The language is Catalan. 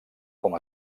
com